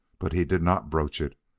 but he did not broach it,